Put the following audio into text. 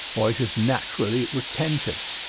or it is naturally retentive.